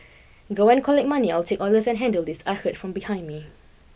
go and collect money I'll take orders and handle this I heard from behind me